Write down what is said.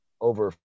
over